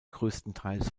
größtenteils